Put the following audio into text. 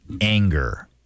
anger